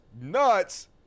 nuts